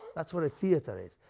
that's what a theatre is.